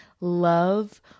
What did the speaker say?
love